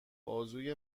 بازوی